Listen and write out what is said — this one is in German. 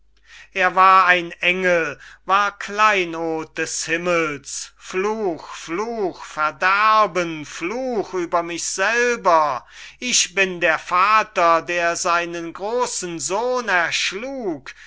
er war ein engel war kleinod des himmels fluch fluch verderben fluch über mich selber ich bin der vater der seinen grosen sohn erschlug